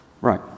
Right